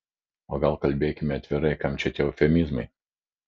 o gal kalbėkime atvirai kam čia tie eufemizmai